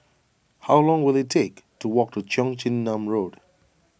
how long will it take to walk to Cheong Chin Nam Road